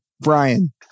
Brian